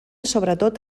sobretot